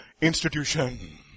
institution